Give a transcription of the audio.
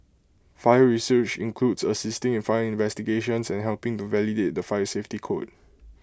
fire research includes assisting in fire investigations and helping to validate the fire safety code